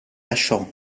lasciò